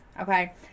Okay